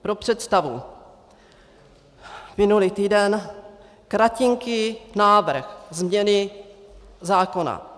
Pro představu: Minulý týden, kratinký návrh změny zákona.